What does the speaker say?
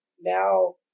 now